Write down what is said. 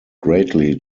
greatly